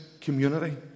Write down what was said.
community